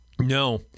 No